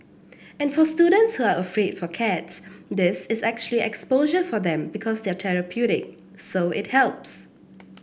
and for students who are afraid for cats this is actually exposure for them because they're therapeutic so it helps